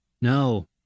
No